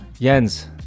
Jens